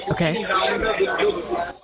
Okay